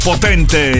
Potente